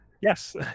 Yes